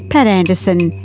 pat anderson,